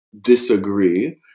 disagree